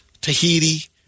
Tahiti